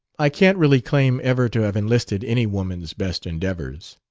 i can't really claim ever to have enlisted any woman's best endeavors.